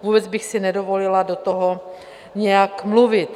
Vůbec bych si nedovolila do toho nějak mluvit.